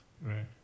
right